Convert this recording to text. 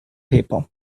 paper